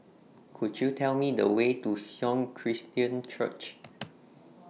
Could YOU Tell Me The Way to Sion Christian Church